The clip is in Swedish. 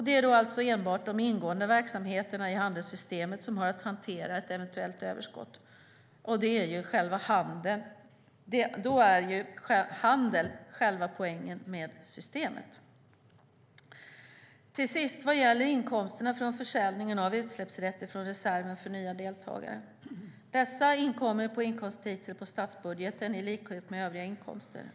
Det är då alltså enbart de ingående verksamheterna i handelssystemet som har att hantera ett eventuellt överskott. Då är ju handel själva poängen med systemet. Vad gäller inkomsterna från försäljningen av utsläppsrätter från reserven för nya deltagare inkommer dessa på inkomsttitel på statsbudgeten i likhet med övriga inkomster.